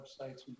websites